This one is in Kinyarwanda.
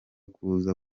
kuza